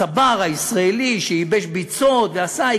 הצבר הישראלי שייבש ביצות ועשה,